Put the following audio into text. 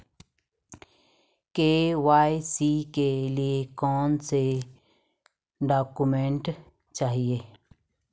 KYC के लिए कौनसे डॉक्यूमेंट चाहिये?